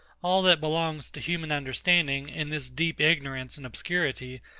all that belongs to human understanding, in this deep ignorance and obscurity,